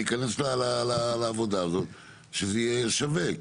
להיכנס לעבודה הזאת שזה יהיה שווה.